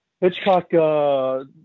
Hitchcock